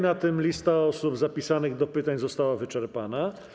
Na tym lista osób zapisanych do pytań została wyczerpana.